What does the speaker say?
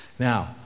Now